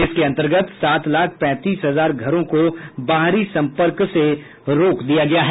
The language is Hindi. इसके अंतर्गत सात लाख पैंतीस हजार घरों को बाहरी संपर्क से रोक दिया गया है